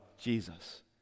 jesus